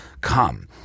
come